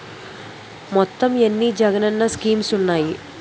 మొత్తం ఎన్ని జగనన్న స్కీమ్స్ ఉన్నాయి?